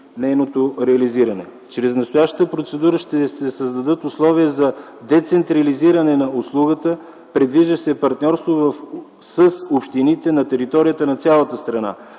нейното реализиране. Чрез настоящата процедура ще се създадат условия за децентрализиране на услугата. Предвижда се партньорство с общините на територията на цялата страна,